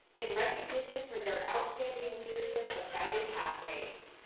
in recognition for their outstanding leadership of guided pathways,